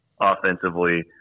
offensively